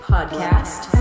Podcast